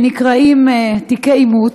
שנקראים "תיקי אימוץ",